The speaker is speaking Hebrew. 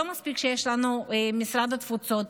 לא מספיק שיש לנו משרד התפוצות,